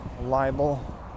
libel